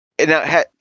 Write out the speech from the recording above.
now